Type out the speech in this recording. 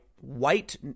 white